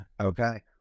Okay